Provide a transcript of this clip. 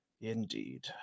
Indeed